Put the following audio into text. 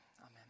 Amen